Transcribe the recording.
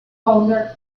founder